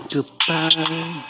Goodbye